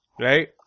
Right